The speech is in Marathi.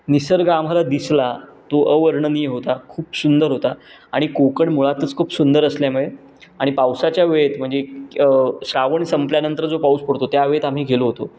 निसर्ग आम्हाला दिसला तो अवर्णनीय होता खूप सुंदर होता आणि कोकण मुळातच खूप सुंदर असल्यामुळे आणि पावसाच्या वेळेत म्हणजे श्रावण संपल्यानंतर जो पाऊस पडतो त्या वेळेत आम्ही गेलो होतो